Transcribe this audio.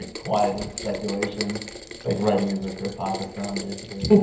ah quieting speculation like writing as if they are pakistan basically.